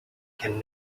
can